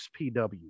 XPW